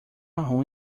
marrom